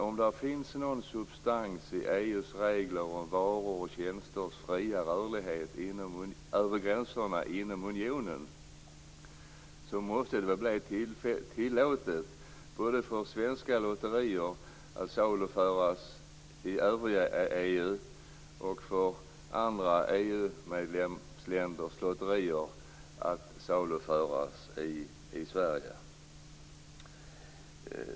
Om det finns någon substans i EU:s regler som varors och tjänsters fria rörlighet över gränserna inom unionen, måste det bli tillåtet både för svenska lotterier att saluföras i övriga EU och för andra EU medlemsländers lotterier att saluföras i Sverige.